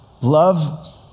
Love